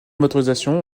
motorisation